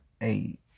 eight